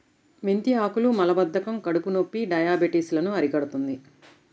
మెంతి ఆకులు మలబద్ధకం, కడుపునొప్పి, డయాబెటిస్ లను అరికడుతుంది